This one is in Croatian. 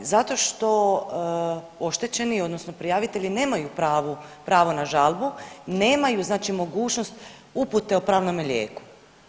Zato što oštećeni, odnosno prijavitelji nemaju pravo na žalbu, nemaju znači mogućnost upute o pravnome lijeku.